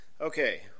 Okay